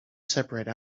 separate